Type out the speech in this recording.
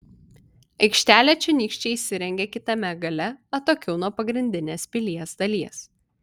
aikštelę čionykščiai įsirengė kitame gale atokiau nuo pagrindinės pilies dalies